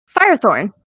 Firethorn